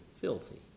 filthy